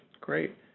Great